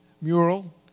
mural